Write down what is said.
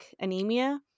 anemia